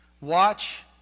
Watch